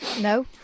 No